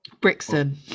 Brixton